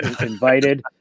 invited